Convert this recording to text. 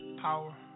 power